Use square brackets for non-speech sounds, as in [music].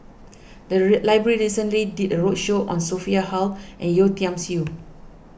the [unintelligible] library recently did a roadshow on Sophia Hull and Yeo Tiam Siew